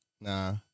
Nah